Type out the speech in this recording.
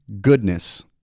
goodness